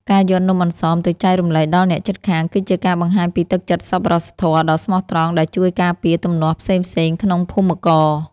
ការយកនំអន្សមទៅចែករំលែកដល់អ្នកជិតខាងគឺជាការបង្ហាញពីទឹកចិត្តសប្បុរសធម៌ដ៏ស្មោះត្រង់ដែលជួយការពារទំនាស់ផ្សេងៗក្នុងភូមិករ។